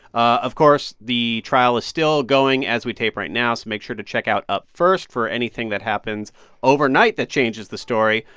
of course, the trial is still going as we tape right now, so make sure to check out up first for anything that happens overnight that changes the story.